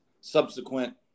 subsequent